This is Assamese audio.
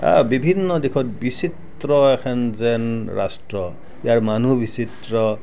বিভিন্ন দিশত বিচিত্ৰ এখন যেন ৰাষ্ট্ৰ ইয়াৰ মানুহ বিচিত্ৰ